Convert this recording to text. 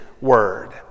word